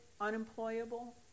unemployable